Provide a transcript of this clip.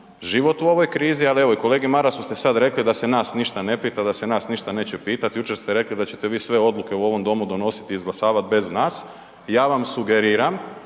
život u ovoj krizi ali evo, i kolegi Marasu ste sad rekli da se nas ništa ne pita, da se nas ništa neće pitati, jučer ste rekli da ćete vi sve odluke u ovom domu donositi i izglasavati bez nas, ja vam sugeriram